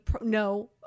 No